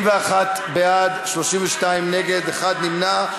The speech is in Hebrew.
41 בעד, 32 נגד, אחד נמנע.